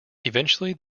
eventually